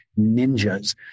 ninjas